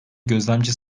gözlemci